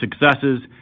successes